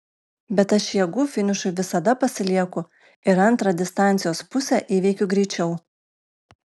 bet aš jėgų finišui visada pasilieku ir antrą distancijos pusę įveikiu greičiau